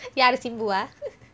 யாரு சிம்புவா:yaaru simbuvaa